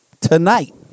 tonight